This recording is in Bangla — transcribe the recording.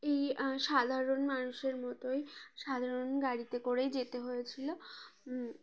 এই সাধারণ মানুষের মতোই সাধারণ গাড়িতে করেই যেতে হয়েছিলো